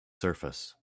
surface